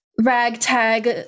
ragtag